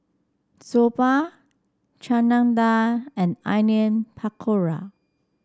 Soba Chana Dal and Onion Pakora